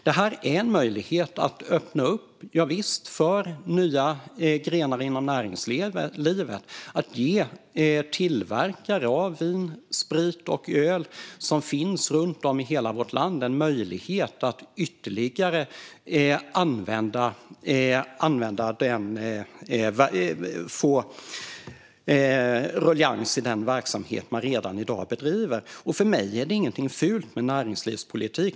Det här är en möjlighet att öppna upp för nya grenar inom näringslivet och att ge tillverkare av vin, sprit och öl runt om i hela vårt land möjlighet att få ytterligare ruljangs i den verksamhet de redan bedriver. För mig är det ingenting fult med näringslivspolitik.